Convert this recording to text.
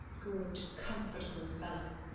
good comfortable fellow,